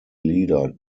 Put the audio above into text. leader